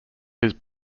his